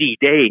days